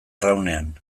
arraunean